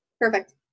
Perfect